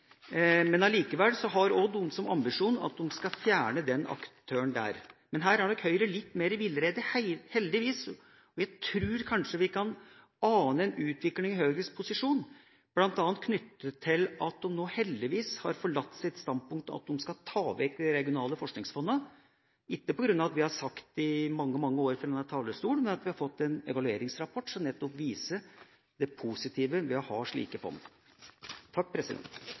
men allikevel har også de som ambisjon at de skal fjerne den aktøren. Men her er nok Høyre litt mer i villrede, heldigvis, og jeg tror kanskje vi kan ane en utvikling i Høyres posisjon, bl.a. knyttet til at de nå heldigvis har forlatt det standpunkt at de skal ta vekk de regionale forskningsfondene, ikke på grunn av hva vi har sagt i mange, mange år fra denne talerstolen, men fordi vi har fått en evalueringsrapport som nettopp viser det positive ved å ha slike fond.